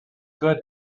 good